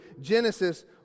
Genesis